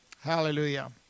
Hallelujah